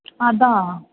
अतः